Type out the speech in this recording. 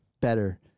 better